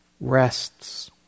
rests